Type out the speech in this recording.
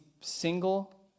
single